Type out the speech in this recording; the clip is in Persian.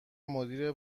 مدیر